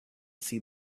see